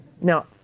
Now